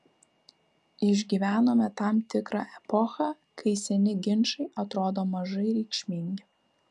išgyvenome tam tikrą epochą kai seni ginčai atrodo mažai reikšmingi